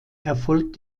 erfolgt